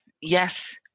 Yes